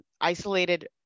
isolated